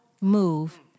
move